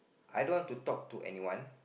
I don't want to talk to anyone